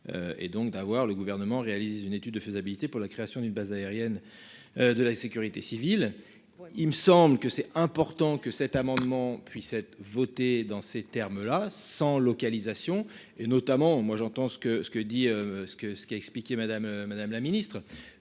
Et donc d'avoir le gouvernement réalise une étude de faisabilité pour la création d'une base aérienne. De la sécurité civile. Il me semble que c'est important que cet amendement puisse être voté dans ces termes là sans localisation et notamment moi j'entends ce que ce que dit ce que, ce qu'a expliqué Madame Madame la Ministre